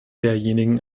derjenigen